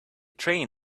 train